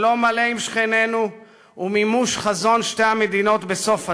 שלום מלא עם שכנינו ומימוש חזון שתי המדינות בסוף הדרך,